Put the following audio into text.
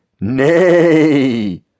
Nay